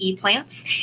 plants